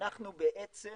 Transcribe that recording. אנחנו בעצם